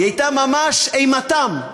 היא הייתה ממש אימתם.